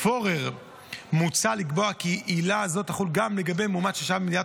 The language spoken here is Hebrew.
פורר מוצע לקבוע כי עילה זו תחול גם לגבי מועמד ששהה במדינת